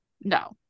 no